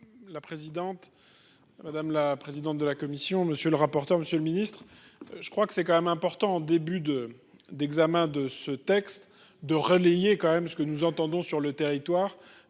La présidente. Madame la présidente de la commission. Monsieur le rapporteur. Monsieur le Ministre. Je crois que c'est quand même important en début de, d'examen de ce texte de relayer quand même ce que nous entendons sur le territoire